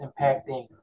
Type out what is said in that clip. impacting